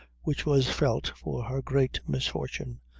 which was felt for her great misfortune.